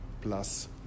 plus